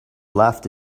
laughed